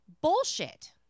Bullshit